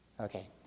Okay